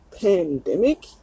pandemic